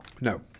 No